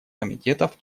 комитетов